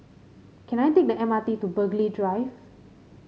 can I take the M R T to Burghley Drive